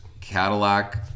Cadillac